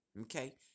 okay